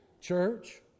church